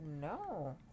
No